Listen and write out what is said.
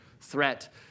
threat